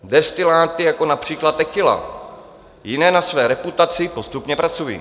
Destiláty, jako například tequila a jiné, na své reputaci postupně pracují.